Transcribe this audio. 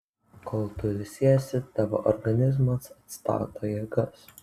kol tu ilsiesi tavo organizmas atstato jėgas